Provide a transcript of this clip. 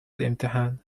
الإمتحان